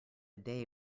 day